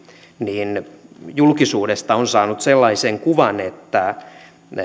niin julkisuudesta on saanut sellaisen kuvan että